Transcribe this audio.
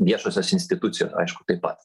viešosios institucijos aišku tai pat